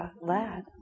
lad